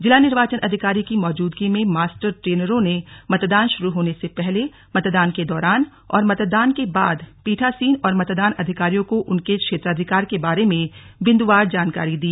जिला निर्वाचन अधिकारी की मौजूदगी में मास्टर ट्रेनरों ने मतदान शुरू होने से पहले मतदान के दौरान और मतदान के बाद पीठासीन और मतदान अधिकारियों को उनके क्षेत्राधिकार के बारे में बिंदुवार जानकारी दी